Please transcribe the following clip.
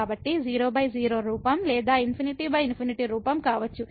కాబట్టి 00 రూపం లేదా ∞∞ రూపం కావచ్చు